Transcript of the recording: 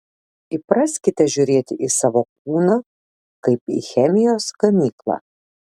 įpraskite žiūrėti į savo kūną kaip į chemijos gamyklą